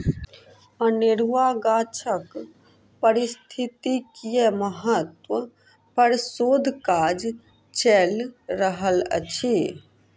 अनेरुआ गाछक पारिस्थितिकीय महत्व पर शोध काज चैल रहल अछि